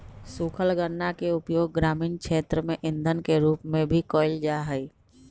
सूखल गन्ना के उपयोग ग्रामीण क्षेत्र में इंधन के रूप में भी कइल जाहई